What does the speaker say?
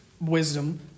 wisdom